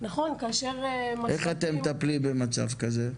איך אתם מטפלים במצב כזה?